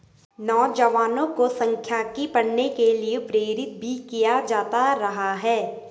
नौजवानों को सांख्यिकी पढ़ने के लिये प्रेरित भी किया जाता रहा है